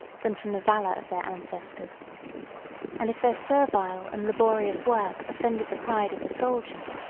than from the valor, of their ancestors and if their servile and laborious work offended the pride of the soldiers,